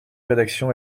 rédaction